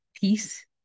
peace